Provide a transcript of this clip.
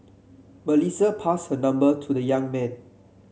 Melissa passed her number to the young man